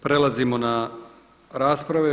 Prelazimo na rasprave.